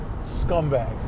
Scumbag